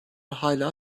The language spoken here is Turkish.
hala